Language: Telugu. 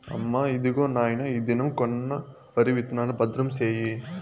అమ్మా, ఇదిగో నాయన ఈ దినం కొన్న వరి విత్తనాలు, భద్రం సేయి